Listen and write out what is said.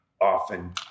often